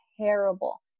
terrible